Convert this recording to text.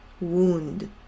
wound